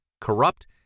corrupt